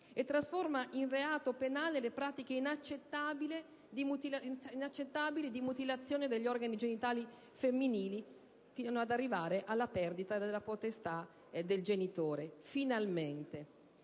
e trasforma in reato penale le pratiche inaccettabili di mutilazione degli organi genitali femminili, fino a prevedere la perdita della potestà del genitore. Finalmente!